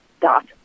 dot